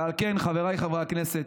ועל כן, חבריי חברי הכנסת,